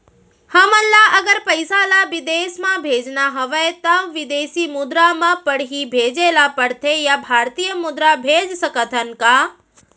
हमन ला अगर पइसा ला विदेश म भेजना हवय त विदेशी मुद्रा म पड़ही भेजे ला पड़थे या भारतीय मुद्रा भेज सकथन का?